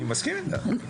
אני מסכים איתך.